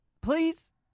please